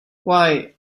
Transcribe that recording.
why